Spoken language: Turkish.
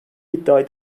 iddiayı